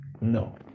No